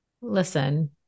listen